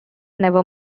never